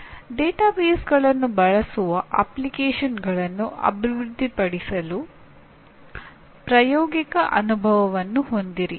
ಡೇಟಾಬೇಸ್ಗಳನ್ನು ಬಳಸುವ ಅಪ್ಲಿಕೇಶನ್ಗಳನ್ನು ಅಭಿವೃದ್ಧಿಪಡಿಸುವ ಪ್ರಾಯೋಗಿಕ ಅನುಭವವನ್ನು ಹೊಂದಿರಿ